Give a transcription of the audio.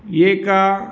एका